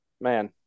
man